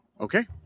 Okay